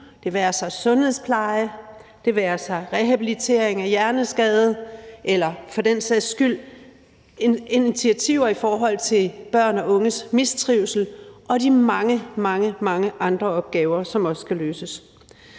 det være sig rehabilitering af hjerneskadede eller for den sags skyld initiativer i forhold til børns og unges mistrivsel og de mange, mange andre opgaver, som også skal løses?